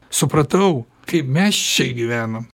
supratau kaip mes čia gyvenam